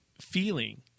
feeling